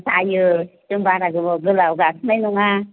जायो जों बारा गोबाव गोलाव गाखोनाय नङा